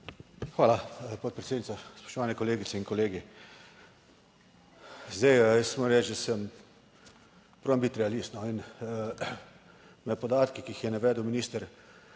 Hvala podpredsednica. Spoštovane kolegice in kolegi. Zdaj jaz moram reči, da sem, probam biti realist in med podatki, ki jih je navedel minister